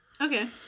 Okay